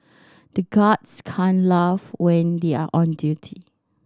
the guards can't laugh when they are on duty